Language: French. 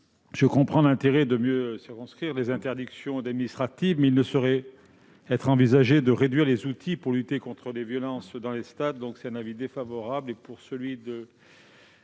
je comprends l'intérêt de mieux circonscrire les interdictions administratives de stade, mais on ne saurait envisager de réduire les outils pour lutter contre les violences dans les stades. L'avis de